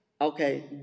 okay